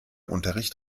unterricht